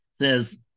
says